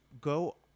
go